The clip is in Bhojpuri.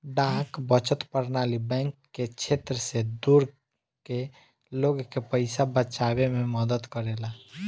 डाक बचत प्रणाली बैंक के क्षेत्र से दूर के लोग के पइसा बचावे में मदद करेला